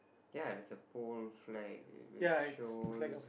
ya there's a pole flag which shows